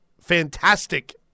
fantastic